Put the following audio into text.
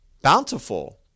bountiful